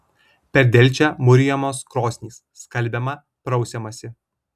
per delčią mūrijamos krosnys skalbiama prausiamasi